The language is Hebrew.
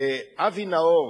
אבי נאור,